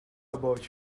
about